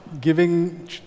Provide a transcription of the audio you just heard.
giving